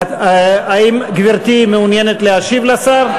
האם גברתי מעוניינת להשיב לשר?